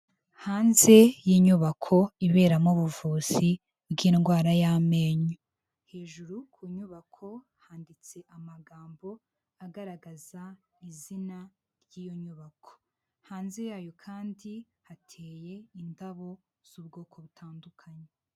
Hanze y'inyubako iberamo ubuvuzi bw'indwara y'amenyo hejuru ku nyubako handitse amagambo agaragaza izina ry'iyo nyubako, hanze yayo kandi hateye indabo z'ubwoko butandukanye.